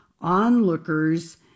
onlookers